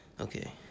Okay